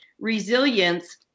resilience